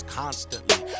constantly